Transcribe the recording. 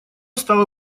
стало